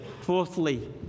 fourthly